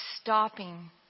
stopping